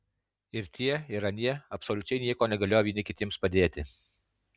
ir tie ir anie absoliučiai nieko negalėjo vieni kitiems padėti